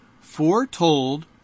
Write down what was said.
foretold